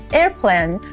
airplane